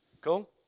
cool